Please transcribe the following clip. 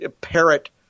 parrot